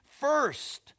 first